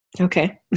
Okay